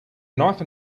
knife